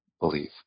believe